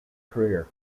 career